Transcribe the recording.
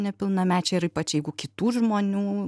nepilnamečiai ir ypač jeigu kitų žmonių